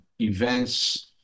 events